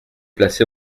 placé